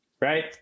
Right